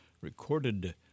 recorded